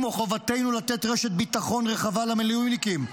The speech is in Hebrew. או חובתנו לתת רשת ביטחון רחבה למילואימניקים.